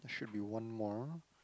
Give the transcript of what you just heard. that should be one more